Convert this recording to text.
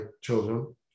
children